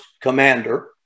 commander